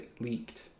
leaked